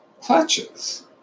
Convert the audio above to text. clutches